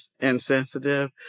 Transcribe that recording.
insensitive